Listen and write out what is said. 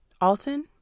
Alton